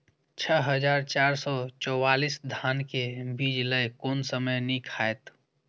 छः हजार चार सौ चव्वालीस धान के बीज लय कोन समय निक हायत?